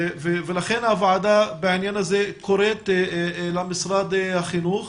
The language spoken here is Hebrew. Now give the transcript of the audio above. ולכן הוועדה בעניין הזה קוראת למשרד החינוך